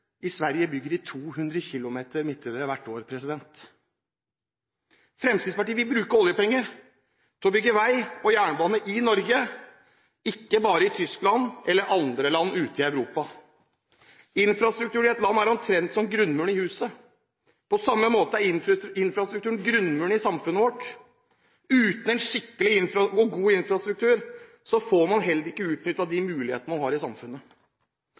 hvert år. Fremskrittspartiet vil bruke oljepenger til å bygge vei og jernbane i Norge, ikke bare i Tyskland eller andre land ute i Europa. Infrastrukturen i et land er omtrent som grunnmuren i huset. Infrastrukturen er grunnmuren i samfunnet vårt. Uten en skikkelig og god infrastruktur får man heller ikke utnyttet de mulighetene man har i samfunnet.